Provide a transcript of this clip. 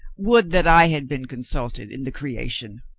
would that i had been consulted in the creation!